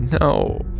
no